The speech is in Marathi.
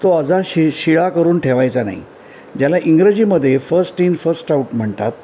तो असा शि शिळा करून ठेवायचा नाही ज्याला इंग्रजीमध्ये फस्ट इन फस्ट आउट म्हणतात